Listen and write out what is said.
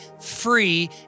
free